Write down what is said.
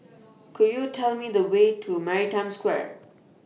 Could YOU Tell Me The Way to Maritime Square